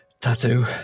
tattoo